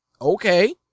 Okay